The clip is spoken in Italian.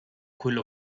quello